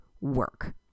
work